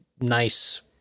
nice